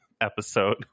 episode